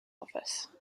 office